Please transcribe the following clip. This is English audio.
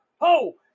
ho